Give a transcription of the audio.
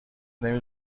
نمی